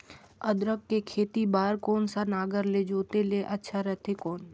अदरक के खेती बार कोन सा नागर ले जोते ले अच्छा रथे कौन?